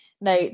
Now